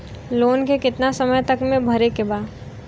Loan के कितना समय तक मे भरे के बा?